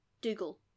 Dougal